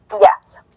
yes